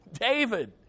David